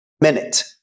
minute